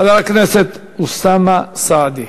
חבר הכנסת אוסאמה סעדי,